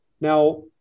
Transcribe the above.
Now